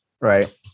Right